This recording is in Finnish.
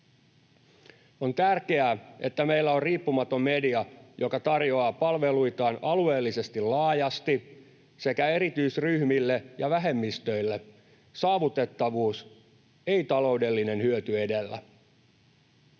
On tärkeää, että meillä on riippumaton media, joka tarjoaa palveluitaan alueellisesti laajasti ja erityisryhmille ja vähemmistöille saavutettavuus, ei taloudellinen hyöty edellä.